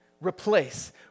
replace